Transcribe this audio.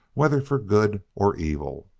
whether for good or evil.